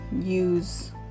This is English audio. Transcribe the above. use